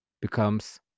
becomes